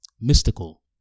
mystical